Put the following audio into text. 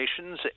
nations